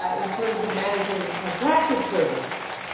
um in terms of managng contracted services,